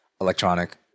electronic